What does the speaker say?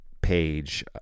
page